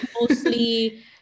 mostly